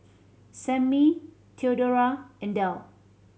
Sammy Theodora and Del